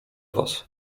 was